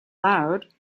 loud